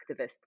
activist